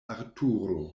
arturo